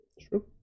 True